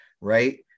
right